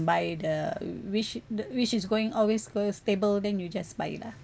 buy the which the which is going always stable then you just buy it lah